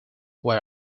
were